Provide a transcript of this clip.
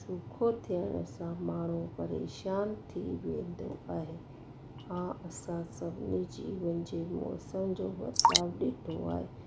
सूखो थियण सां माण्हू परेशानु थी वेंदो आहे हा असां सभु जीवन जे मौसम जो बदलाव ॾिठो आहे